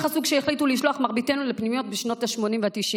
כך עשו כשהחליטו לשלוח את מרביתנו לפנימיות בשנות השמונים והתשעים.